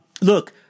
Look